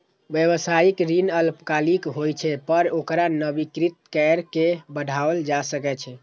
व्यावसायिक ऋण अल्पकालिक होइ छै, पर ओकरा नवीनीकृत कैर के बढ़ाओल जा सकै छै